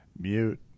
Mute